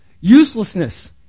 uselessness